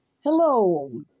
Hello